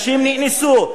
נשים נאנסו.